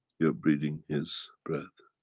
you're breathing his breath.